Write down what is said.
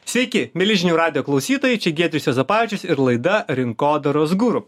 sveiki mieli žinių radijo klausytojai čia giedrius juozapavičius ir laida rinkodaros guru